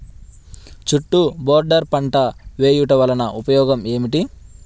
చుట్టూ బోర్డర్ పంట వేయుట వలన ఉపయోగం ఏమిటి?